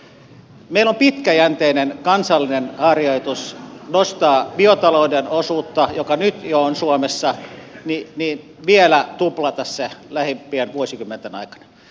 meillä on pitkäjänteinen kansallinen harjoitus nostaa biotalouden osuutta siitä mikä nyt jo on suomessa vielä tuplata se lähimpien vuosikymmenten aikana